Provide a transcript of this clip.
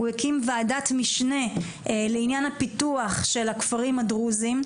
הוא הקים ועדת משנה לעניין הפיתוח של הכפרים הדרוזים,